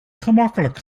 gemakkelijk